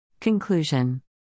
Conclusion